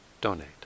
donate